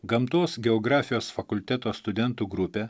gamtos geografijos fakulteto studentų grupė